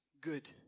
good